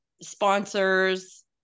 sponsors